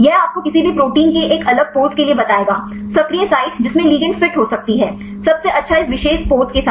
यह आपको किसी भी प्रोटीन की एक अलग पोज़ के लिए बताएगा सक्रिय साइट जिसमे लिगैंड फिट हो सकती है सबसे अच्छा इस विशेष पोज़ के साथ